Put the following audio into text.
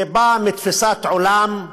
זה בא מתפיסת עולם,